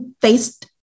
faced